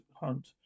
hunt